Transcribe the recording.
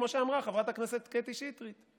כמו שאמרה חברת הכנסת קטי שטרית.